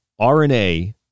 RNA